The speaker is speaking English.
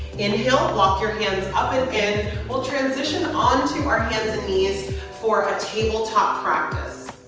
inhale, walk your hands up and in. we'll transition onto our hands and knees for a tabletop practice.